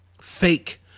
fake